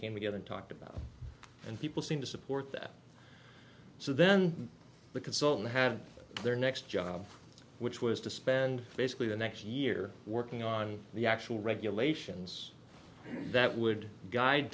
came together to talk about and people seem to support that so then the consultant had their next job which was to spend basically the next year working on the actual regulations that would guide